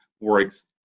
works